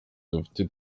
dufite